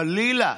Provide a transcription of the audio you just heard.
חלילה,